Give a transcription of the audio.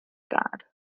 god